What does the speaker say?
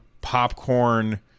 popcorn